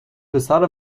پسر